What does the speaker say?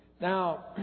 Now